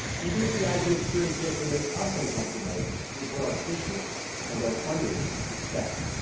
even if the idea of curing cancer makes us uncomfortable, it is what are patients, and our funders, expect.